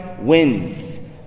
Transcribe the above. wins